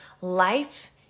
life